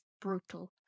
brutal